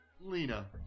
Lena